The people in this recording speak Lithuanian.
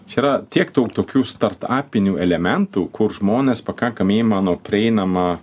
čia yra tiek daug tokių startapinių elementų kur žmonės pakankamai ima nu prieinama